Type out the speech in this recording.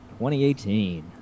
2018